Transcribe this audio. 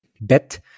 bet